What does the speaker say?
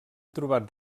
trobat